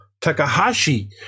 Takahashi